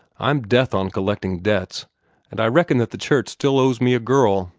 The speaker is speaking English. i'm death on collecting debts and i reckon that the church still owes me a girl.